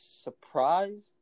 Surprised